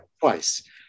twice